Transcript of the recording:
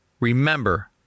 Remember